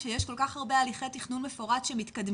כשיש כל כך הרבה הליכי תכנון מפורט שמתקדמים,